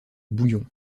bouillon